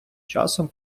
часом